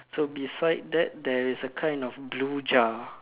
so beside that there is a kind of blue jar